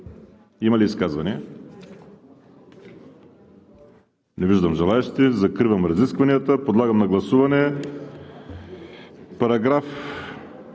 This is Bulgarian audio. Има ли изказвания? Не виждам желаещи. Закривам разискванията. Подлагам на гласуване §